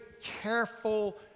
careful